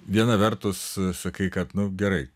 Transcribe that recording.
viena vertus sakai kad nu gerai